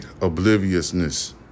obliviousness